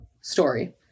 story